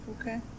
Okay